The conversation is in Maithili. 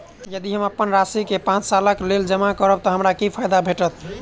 यदि हम अप्पन राशि केँ पांच सालक लेल जमा करब तऽ हमरा की फायदा भेटत?